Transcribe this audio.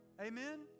amen